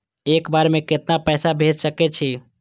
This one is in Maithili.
एक बार में केतना पैसा भेज सके छी?